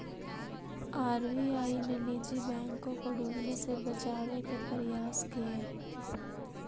RBI ने निजी बैंकों को डूबने से बचावे के प्रयास किए